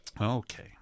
Okay